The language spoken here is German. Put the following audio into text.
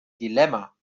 dilemma